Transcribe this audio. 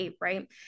right